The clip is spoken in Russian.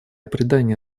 придания